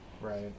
Right